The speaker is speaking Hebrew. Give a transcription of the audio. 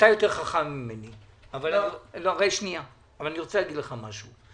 אתה יותר חכם ממני אבל אני רוצה להגיד לך משהו.